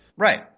Right